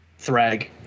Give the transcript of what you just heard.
Thrag